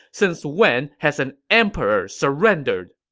since when has an emperor surrendered!